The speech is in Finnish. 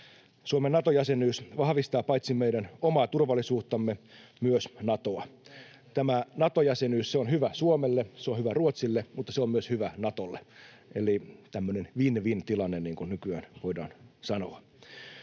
Suomen Nato-jäsenyys vahvistaa paitsi meidän omaa turvallisuuttamme myös Natoa. Nato-jäsenyys on hyvä Suomelle, se on hyvä Ruotsille, mutta se on myös hyvä Natolle: eli tämmöinen win-win-tilanne, niin kuin nykyään voidaan sanoa.